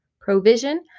provision